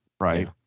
right